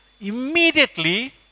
immediately